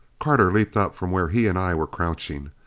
carter leaped up from where he and i were crouching.